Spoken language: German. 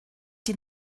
die